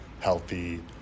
healthy